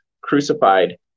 crucified